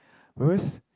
whereas